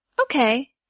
Okay